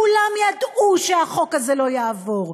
כולם ידעו שהחוק הזה לא יעבור.